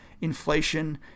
inflation